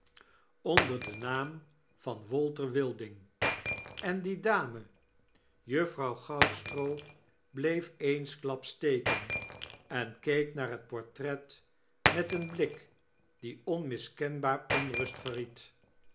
onder den naam van walter wilding en die dame juffrouw goudstroo bleep eensklaps steken en keek naar het portret mei een blik die onmiskenbaar onrust